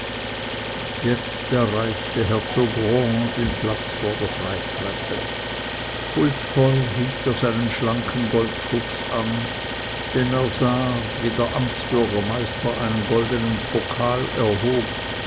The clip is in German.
jetzt erreichte herzog rohan den platz vor der freitreppe huldvoll hielt er seinen schlanken goldfuchs an denn er sah wie der amtsbürgermeister einen goldenen pokal erhob